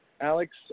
Alex